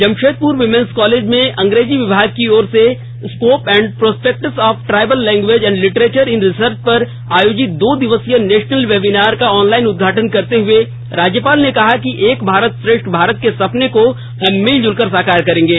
Jamshedpur women's college में अंग्रेजी विभाग की ओर से scope and prospects of tribal language and literature in research पर आयोजित दो दिवसीय नेशनल वेबिनार का ऑनलाइन उदघाटन करते हुए राज्यपाल ने कहा कि एक भारत श्रेष्ठ भारत के सपने को हम मिल जुलकर साकार करेंगे